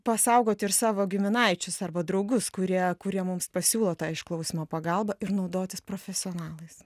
pasaugot ir savo giminaičius arba draugus kurie kurie mums pasiūlo tą išklausymo pagalbą ir naudotis profesionalais